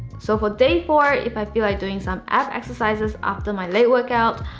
so for day four, if i feel like doing some ab exercises after my leg workout,